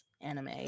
anime